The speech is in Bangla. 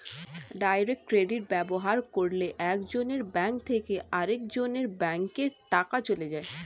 ডাইরেক্ট ক্রেডিট ব্যবহার করলে একজনের ব্যাঙ্ক থেকে আরেকজনের ব্যাঙ্কে টাকা চলে যায়